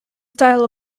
style